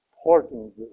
important